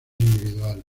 individuales